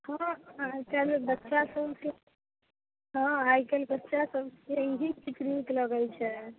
हँ आइ काल्हि बच्चा सबके हँ आइ काल्हि बच्चा सबकेँ इएह चीज नीक लगैत छै